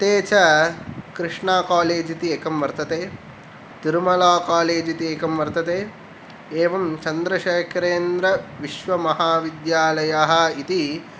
ते च कृष्णा कालेज् इति एकं वर्तते तिरुमला कालेज् इति एकं वर्तते एवं चन्द्रशेखरेन्द्रविश्वमहाविद्यालयः इति